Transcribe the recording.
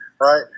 right